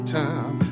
time